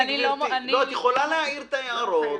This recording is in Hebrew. את יכולה להעיר את ההערות.